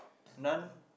nun